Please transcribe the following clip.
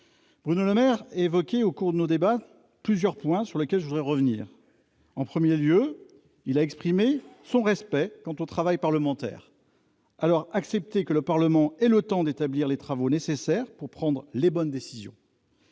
Bruno Le Maire a évoqué plusieurs points, sur lesquels je voudrais revenir. En premier lieu, il a exprimé son respect du travail parlementaire. Alors, acceptez que le Parlement ait le temps de mener les travaux nécessaires pour prendre les bonnes décisions